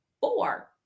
four